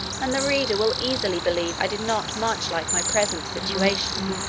and the reader will easily believe i did not much like my present situation.